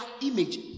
image